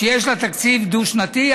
שיש לה תקציב דו-שנתי.